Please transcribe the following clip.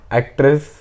actress